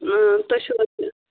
تُہۍ چھُو حَظ